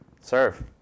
serve